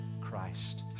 Christ